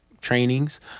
trainings